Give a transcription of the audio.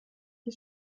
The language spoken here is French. qui